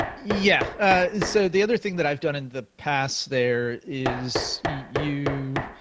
yeah, so the other thing that i've done in the past there is you,